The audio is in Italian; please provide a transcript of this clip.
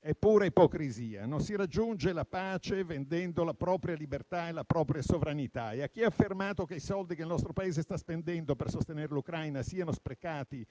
è pura ipocrisia; non si raggiunge la pace vendendo la propria libertà e la propria sovranità. A chi ha affermato che i soldi che il nostro Paese sta spendendo per sostenere l'Ucraina siano sprecati